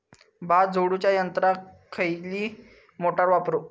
भात झोडूच्या यंत्राक खयली मोटार वापरू?